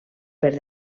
per